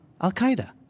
Al-Qaeda